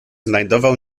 znajdował